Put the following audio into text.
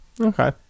Okay